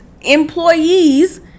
employees